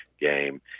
game